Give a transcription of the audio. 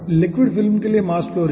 liquid film के लिए mass flow rate